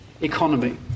economy